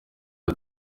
iti